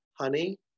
honey